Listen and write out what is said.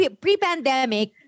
pre-pandemic